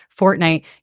Fortnite